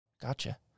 Gotcha